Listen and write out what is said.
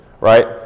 right